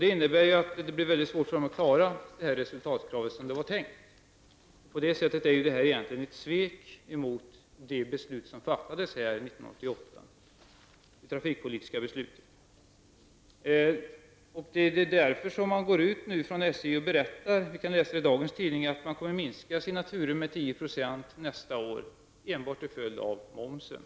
Det innebär att SJ får mycket svårt att klara av att fylla resultatkraven på det sätt som var tänkt. På det sättet är detta ett svek mot det trafikpolitiska beslut som fattades här 1988. Det är därför som SJ, bl.a. i dagens tidningar, går ut och berättar att man kommer att minska omfattningen av turerna med 10 % nästa år enbart som en följd av momsen.